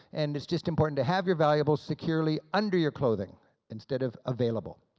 and it's just important to have your valuables securely under your clothing instead of available.